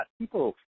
people